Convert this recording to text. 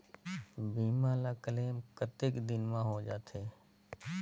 बीमा ला क्लेम कतेक दिन मां हों जाथे?